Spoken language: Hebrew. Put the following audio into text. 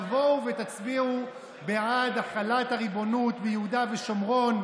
תבואו ותצביעו בעד החלת הריבונות ביהודה ושומרון.